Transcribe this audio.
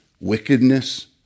wickedness